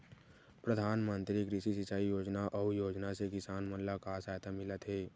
प्रधान मंतरी कृषि सिंचाई योजना अउ योजना से किसान मन ला का सहायता मिलत हे?